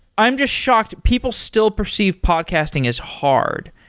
i'm just shocked people still perceive podcasting is hard,